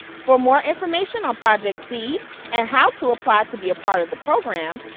for more information on project seed and how to apply to be part of the program,